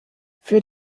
für